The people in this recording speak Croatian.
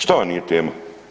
Šta vam nije tema?